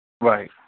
Right